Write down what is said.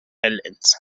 islands